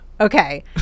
Okay